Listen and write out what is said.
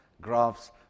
graphs